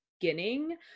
beginning